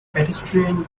pedestrian